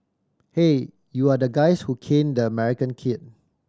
hey you are the guys who caned the American kid